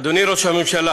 אדוני ראש הממשלה,